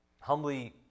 humbly